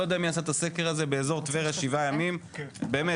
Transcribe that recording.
לא יודע מי עשה את הסקר הזה שבאזור טבריה שבעה ימים באמת,